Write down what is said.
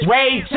Wait